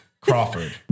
Crawford